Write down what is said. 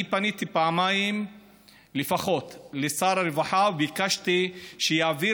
אני פניתי פעמיים לפחות לשר הרווחה וביקשתי שיעביר